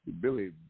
Billy